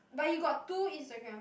but you got two Instagram